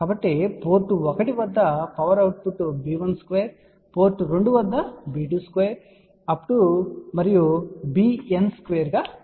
కాబట్టి పోర్ట్ 1 వద్ద power output b1 square port 2 వద్ద b2 స్క్వేర్ మరియు bN స్క్వేర్ గా అవుతుంది